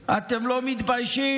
הכאב,